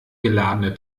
geladene